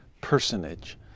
personage